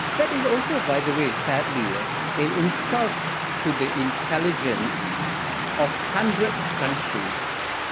that is also, by the way, sadlier an insult to the intelligence of hundreds countries,